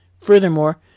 Furthermore